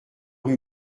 rue